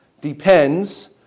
depends